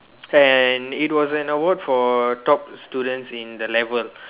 and it was an award for top students in the level